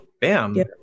bam